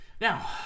Now